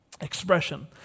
expression